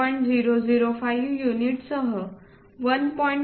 005 युनिटसह 1